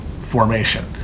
formation